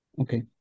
Okay